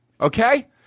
Okay